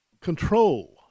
control